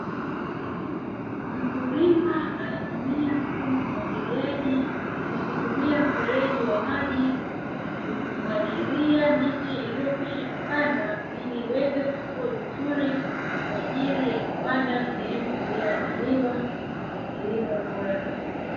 Mkulima anatumia mfumo wa umwagiliaji, kwa kutumia mfereji wa maji, kumwagilia miche iliyokwisha kupandwa ili iweze kukua vizuri, kwaajili ya kupanda sehemu iliyo andaliwa kwa kilimo bora zaidi.